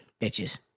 bitches